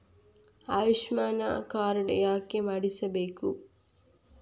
Ayushman card ಯಾಕೆ ಮಾಡಿಸಬೇಕು?